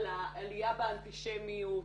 על העלייה באנטישמיות,